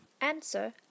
Answer